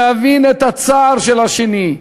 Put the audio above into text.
להבין את הצער של השני,